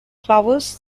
flowers